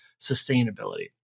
sustainability